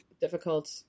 difficult